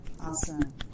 Awesome